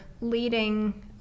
leading